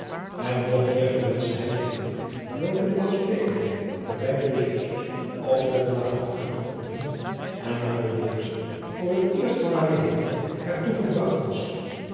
en meer nog verwenschte hy den invloed welken de welsprekendheid der beide bezoeksters op wendela had uitgeöefend en waardoor deze voor t eerst van haar leven er toe gebracht was